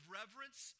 reverence